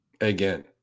Again